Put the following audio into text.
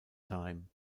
time